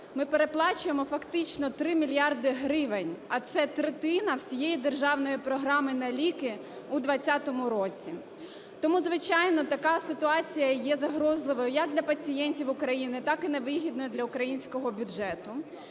ми переплачуємо фактично 3 мільярди гривень, а це третина всієї державної програми на ліки у 2020 році. Тому, звичайно, така ситуація є загрозливою як для пацієнтів України, так і невигідна для українського бюджету.